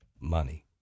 money